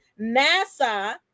nasa